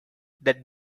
that